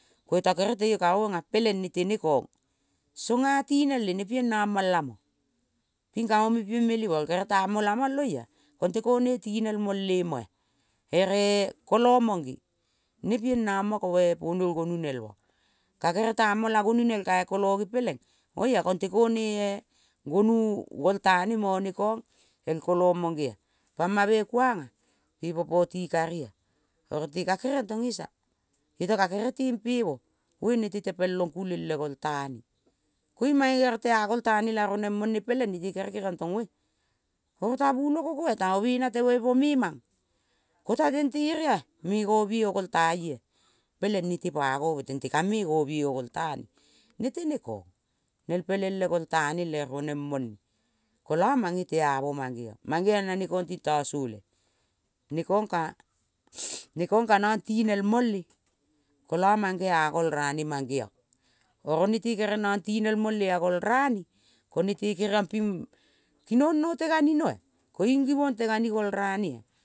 Koita kere teio kaonga peleng nete ne kong. Songa tinel le nepieng namal amo. Ping kamo pieng meli mol kere tamo lamol oia konte ko ne tinel mole moa. Ere kolo monge nepieng nama koe puonol gonu nelmo. Ka kere tamo la gonu nel kai kolo ge peleng oia konte ko ne-e gonu golta ne mo ne kong el kolo mogea. Pama me kuanga ipo poti karia. Oro teka keriong tong esa iota ka gere tempe mo vei nete tepel ong kuleng le goltane. Koiung mange kere tea goltane la roneng mone peleng nete kere keriong to ve oro ta buloko, ko tamo bena temo ipo me mang ko ta tente eria-me gomie o golta ioa. Peleng nete pagove. Tente ka me gomieo golta ne. Nete ne kong nem pelel le golta le roneng mone kola mange teamo mangeong. Mang geong na ne kong tintasole. Nekong ka nekong ka nang tinel mole kola mangea gol rane mangeong. Oro nete kere nong tinel mole a golrane ko nete keriong ping kinong no teganinoa. Koiung givong tegani golranea.